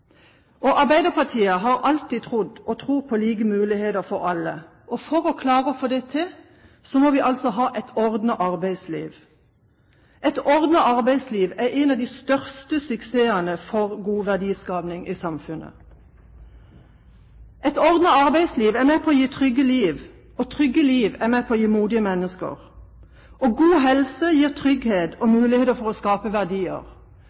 Arbeiderpartiet har alltid trodd, og tror, på like muligheter for alle. For å klare å få det til må vi ha et ordnet arbeidsliv. Et ordnet arbeidsliv er en av de største suksessene for god verdiskaping i samfunnet. Et ordnet arbeidsliv er med på å gi trygge liv, og trygge liv er med på å gi modige mennesker. God helse gir trygghet og muligheter for å skape verdier.